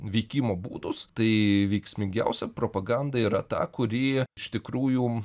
veikimo būdus tai veiksmingiausia propaganda yra ta kurį iš tikrųjų